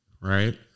right